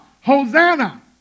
Hosanna